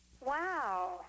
Wow